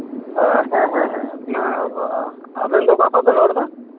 ᱦᱮᱸ ᱦᱮᱸ ᱚᱱᱟ ᱟᱵᱮᱱ ᱫᱚ ᱚᱠᱟᱠᱷᱚᱡ ᱵᱮᱱ ᱨᱚᱲ ᱮᱫᱟ